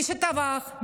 מי שטבח,